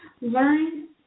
learn